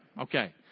Okay